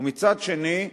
ומצד שני,